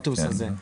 האוטובוס הזה.